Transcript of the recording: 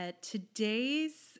today's